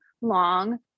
long